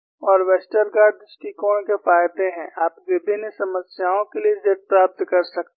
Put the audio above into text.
और वेस्टरगार्ड दृष्टिकोण के फायदे हैं आप विभिन्न समस्याओं के लिए Z प्राप्त कर सकते हैं